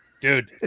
Dude